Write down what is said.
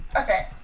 Okay